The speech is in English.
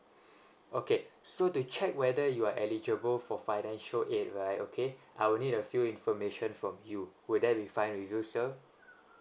okay so to check whether you are eligible for financial aid right okay I will need a few information from you would that be fine with you sir